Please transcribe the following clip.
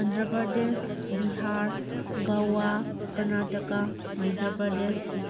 Andhra Pradesh Bihar Goa Karnataka Madhya Pradesh